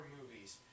movies